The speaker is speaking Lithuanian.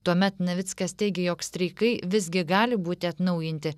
tuomet navickas teigė jog streikai visgi gali būti atnaujinti